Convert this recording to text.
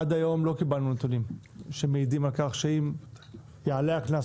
עד היום לא קיבלנו נתונים שמעידים על כך שאם יעלה הקנס